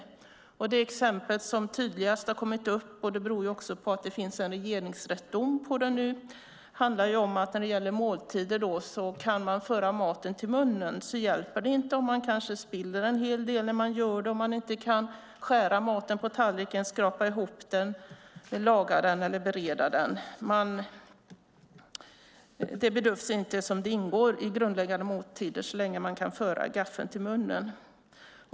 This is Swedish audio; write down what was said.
Det tydligaste exempel som kommit upp, och det beror också på att det nu finns en regeringsrättsdom i frågan, handlar om måltider: Kan man föra maten till munnen hjälper det inte om man spiller en hel del när man gör det, inte kan skära eller skrapa ihop maten på tallriken eller inte kan laga eller bereda den. Detta bedöms inte ingå i det grundläggande när det gäller måltider så länge man kan föra gaffeln till munnen.